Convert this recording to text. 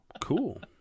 Cool